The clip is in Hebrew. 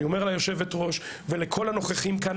אני אומר ליושבת ראש ולכל הנוכחים כאן,